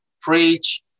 preach